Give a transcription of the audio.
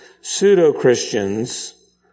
pseudo-Christians